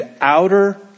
outer